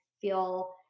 feel